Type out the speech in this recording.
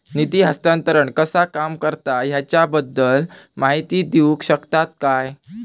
निधी हस्तांतरण कसा काम करता ह्याच्या बद्दल माहिती दिउक शकतात काय?